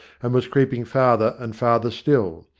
and was creeping farther and farther still.